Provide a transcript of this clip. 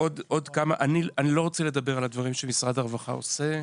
אני לא רוצה לדבר על הדברים שמשרד הרווחה עושה.